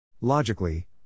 Logically